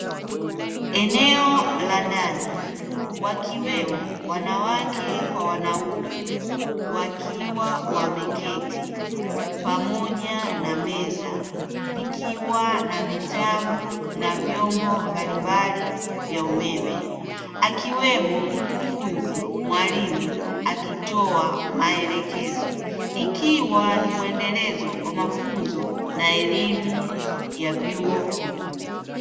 Eneo la ndani, wakiwemo wanawake kwa wanaume wakiwa wameketi, pamoja na meza zikiwa na vitabu na vyombo mbalimbali vya umeme, akiwemo mkufunzi mwalimu akitoa maelekezo. Ikiwa ni muendelezo wa mafunzo na elimu ya vyuo vikuu.